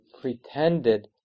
pretended